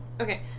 Okay